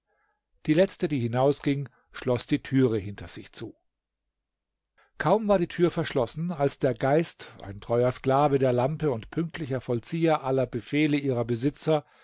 die letzte die hinausging schloß die tür hinter sich zu kaum war die tür verschlossen als der geist ein treuer sklave der lampe und pünktlicher vollzieher aller befehle ihrer besitzer